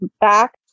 back